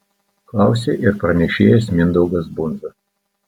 klausė ir pranešėjas mindaugas bundza